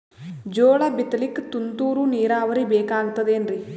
ಜೋಳ ಬಿತಲಿಕ ತುಂತುರ ನೀರಾವರಿ ಬೇಕಾಗತದ ಏನ್ರೀ?